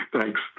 Thanks